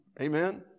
Amen